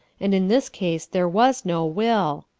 and in this case there was no will.